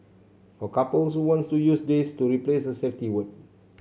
for couples who want to use this to replace the safety word